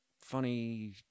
funny